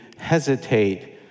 hesitate